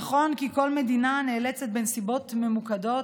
נכון כי כל מדינה נאלצת בנסיבות ממוקדות